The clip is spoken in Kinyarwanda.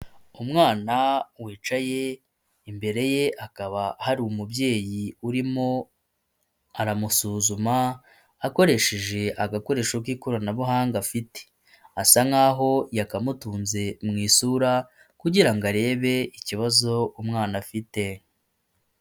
Umwana wicaye imbere ye haakaba hari umubyeyi urimo aramusuzuma akoresheje agakoresho k'ikoranabuhanga afite asa nkaho yakamutunze mu maso kugira ngo arebe ikibazo umwana afite .